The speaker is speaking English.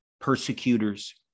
persecutors